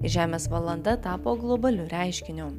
žemės valanda tapo globaliu reiškiniu